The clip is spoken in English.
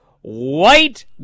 White